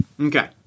okay